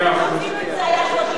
אפילו אם זה היה 30 שניות.